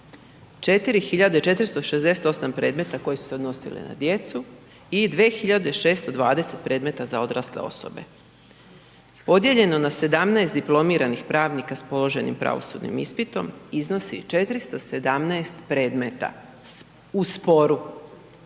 4.468 predmeta koji su se odnosili na djecu i 2.620 predmeta za odrasle osobe, podijeljeno na 17 diplomiranih pravnika s položenim pravosudnim ispitom iznosi 417 predmeta u sporu,